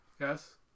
yes